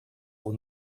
был